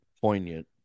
poignant